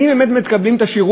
האם הם באמת מקבלים את השירות,